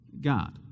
God